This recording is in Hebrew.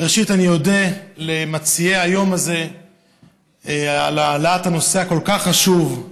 ראשית אני אודה למציעי היום הזה על העלאת הנושא הכל-כך חשוב,